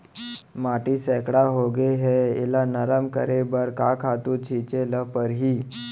माटी सैकड़ा होगे है एला नरम करे बर का खातू छिंचे ल परहि?